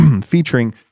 featuring